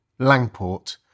Langport